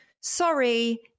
sorry